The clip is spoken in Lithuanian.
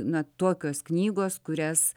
na tokios knygos kurias